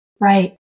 Right